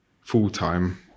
full-time